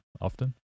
often